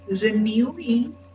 renewing